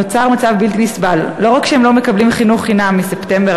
נוצר מצב בלתי נסבל: לא רק שהם לא מקבלים חינוך חינם מספטמבר